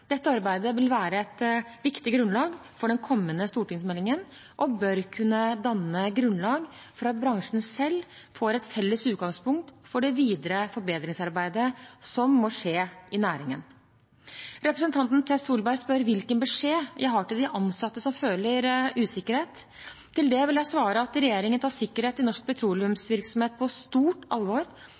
Dette arbeidet vil være et viktig grunnlag for den kommende stortingsmeldingen og bør kunne danne grunnlag for at bransjen selv får et felles utgangspunkt for det videre forbedringsarbeidet som må skje i næringen. Representanten Tvedt Solberg spør hvilken beskjed jeg har til de ansatte som føler usikkerhet. Til det vil jeg svare at regjeringen tar sikkerhet i norsk petroleumsvirksomhet på stort alvor,